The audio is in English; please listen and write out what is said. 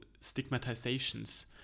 stigmatizations